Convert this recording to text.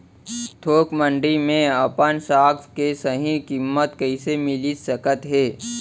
थोक मंडी में अपन साग के सही किम्मत कइसे मिलिस सकत हे?